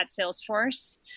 Salesforce